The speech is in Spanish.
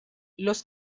los